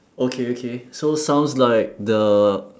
okay okay so sounds like the